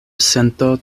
sento